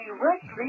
directly